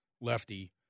lefty